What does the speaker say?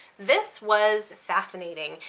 this was fascinating.